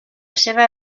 seva